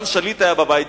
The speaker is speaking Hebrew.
גם שליט היה בבית,